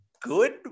good